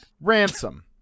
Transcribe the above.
Ransom